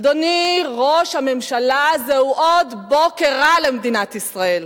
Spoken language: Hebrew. אדוני ראש הממשלה, זהו עוד בוקר רע למדינת ישראל,